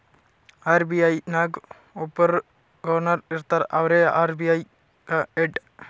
RBI ನಾಗ್ ಒಬ್ಬುರ್ governor ಇರ್ತಾರ ಅವ್ರೇ ಆರ್.ಬಿ.ಐ ಗ ಹೆಡ್